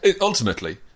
Ultimately